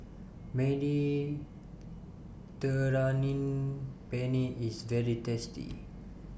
Mediterranean Penne IS very tasty